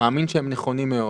מאמין שהם נכונים מאוד